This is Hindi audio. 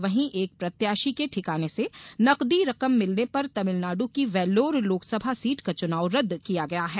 वहीं एक प्रत्याषी के ठिकाने से नकदी रकम मिलने पर तमिलनाडु की वेल्लोर लोकसभा सीट का चुनाव रद्द किया गया है